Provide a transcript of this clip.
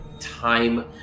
time